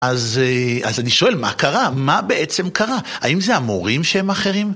אז אני שואל, מה קרה? מה בעצם קרה? האם זה המורים שהם אחרים?